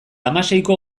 hamaseiko